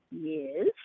yes